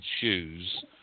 shoes